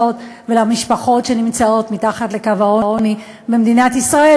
ולמשפחות שנמצאות מתחת לקו העוני במדינת ישראל,